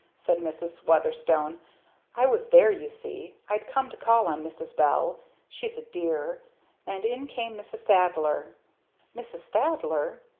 said mrs. weatherstone i was there you see i'd come to call on mrs. bell she's a dear and in came mrs. thaddler mrs. thaddler?